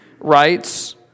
Writes